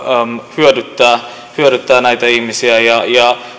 hyödyttää hyödyttää näitä ihmisiä